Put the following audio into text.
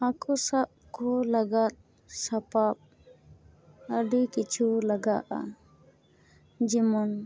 ᱦᱟᱹᱠᱩ ᱥᱟᱵ ᱠᱚ ᱞᱟᱜᱟᱫ ᱥᱟᱯᱟᱵ ᱟᱹᱰᱤ ᱠᱤᱪᱷᱩ ᱞᱟᱜᱟᱜᱼᱟ ᱡᱮᱢᱚᱱ